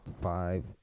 Five